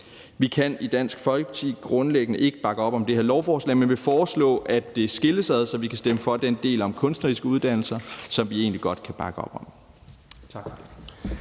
Vi kan i Dansk Folkeparti grundlæggende ikke bakke op om det her lovforslag, men vil vi foreslå, at det skilles ad, så vi kan stemme for den del, der drejer sig om de kunstneriske uddannelser, og som vi egentlig godt kan bakke op om.